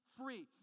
free